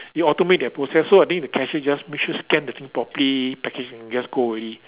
it automate their process so I think the cashier just make sure scan the thing properly package and just go already